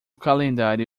calendário